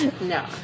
No